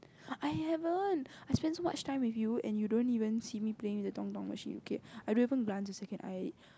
I haven't I spend so much time with you and you don't even see me play with a machine okay I don't even take glance a second I